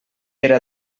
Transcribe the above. era